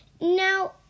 Now